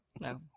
No